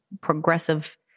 progressive